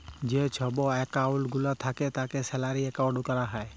যে ছব একাউল্ট গুলা থ্যাকে তাকে স্যালারি একাউল্ট ক্যরা যায়